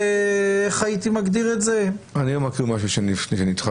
אני מאוד מתחבר למה שאתה מציף